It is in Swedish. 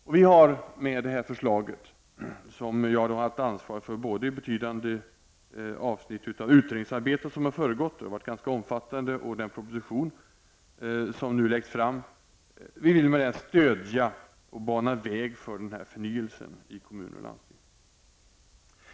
Med det förslag som nu läggs fram och som jag har haft ansvar för, både i betydande avsnitt av det utredningsarbete som föregått förslaget och som varit ganska omfattande och för propositionen, vill vi stödja och bana väg för förnyelsen i kommuner och landsting.